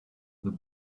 the